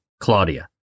Claudia